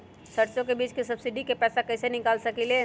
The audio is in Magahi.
सरसों बीज के सब्सिडी के पैसा कईसे निकाल सकीले?